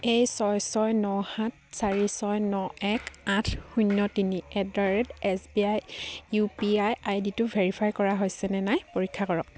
এই ছয় ছয় ন সাত চাৰি ছয় ন এক আঠ শূন্য তিনি at the rate S B I U P I আই ডিটো ভেৰিফাই কৰা হৈছেনে নাই পৰীক্ষা কৰক